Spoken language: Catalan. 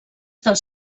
dels